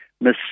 Miss